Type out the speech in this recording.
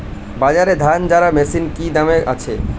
বাজারে ধান ঝারা মেশিনের কি দাম আছে?